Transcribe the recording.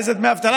איזה דמי אבטלה?